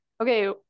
okay